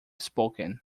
spoken